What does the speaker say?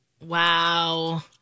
Wow